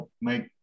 make